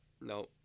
no